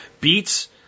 Beets